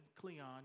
Cleon